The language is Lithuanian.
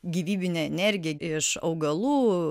gyvybinė energija iš augalų